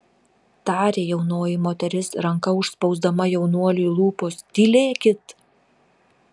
tarė jaunoji moteris ranka užspausdama jaunuoliui lūpas tylėkit